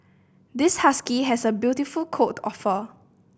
this husky has a beautiful coat of fur